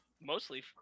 mostly